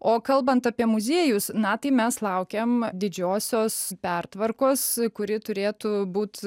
o kalbant apie muziejus na tai mes laukiam didžiosios pertvarkos kuri turėtų būt